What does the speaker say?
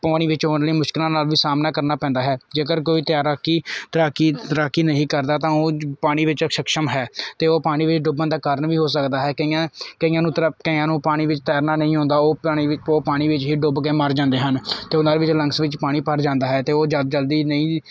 ਪਾਣੀ ਵਿੱਚ ਆਉਣ ਵਾਲੀਆਂ ਮੁਸ਼ਕਲਾਂ ਨਾਲ ਵੀ ਸਾਹਮਣਾ ਕਰਨਾ ਪੈਂਦਾ ਹੈ ਜੇਕਰ ਕੋਈ ਤੈਰਾਕੀ ਤੈਰਾਕੀ ਤੈਰਾਕੀ ਨਹੀਂ ਕਰਦਾ ਤਾਂ ਉਹ ਪਾਣੀ ਵਿੱਚ ਸਕਸ਼ਮ ਹੈ ਅਤੇ ਉਹ ਪਾਣੀ ਵਿੱਚ ਡੁੱਬਣ ਦਾ ਕਾਰਨ ਵੀ ਹੋ ਸਕਦਾ ਹੈ ਕਈਆਂ ਕਈਆਂ ਨੂੰ ਤਰਾ ਕਈਆਂ ਨੂੰ ਪਾਣੀ ਵਿੱਚ ਤੈਰਨਾ ਨਹੀਂ ਆਉਂਦਾ ਉਹ ਪਾਣੀ ਵੀ ਉਹ ਪਾਣੀ ਵਿੱਚ ਹੀ ਡੁੱਬ ਕੇ ਮਰ ਜਾਂਦੇ ਹਨ ਅਤੇ ਉਹਨਾਂ ਵਿੱਚ ਲੰਗਸ ਵਿੱਚ ਪਾਣੀ ਭਰ ਜਾਂਦਾ ਹੈ ਅਤੇ ਉਹ ਜ ਜਲਦੀ ਨਹੀਂ